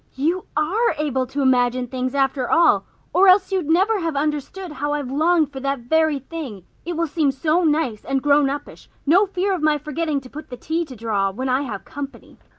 you are able to imagine things after all or else you'd never have understood how i've longed for that very thing. it will seem so nice and grown-uppish. no fear of my forgetting to put the tea to draw when i have company.